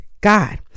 God